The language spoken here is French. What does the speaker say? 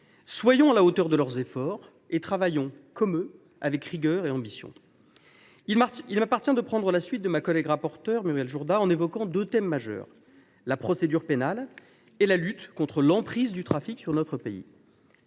Soyons à la hauteur de leurs efforts et travaillons, comme eux, avec rigueur et ambition. Il m’appartient, à la suite de Muriel Jourda, d’évoquer deux thèmes majeurs : la procédure pénale et la lutte contre l’emprise du trafic sur notre pays.